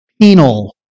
penal